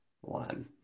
one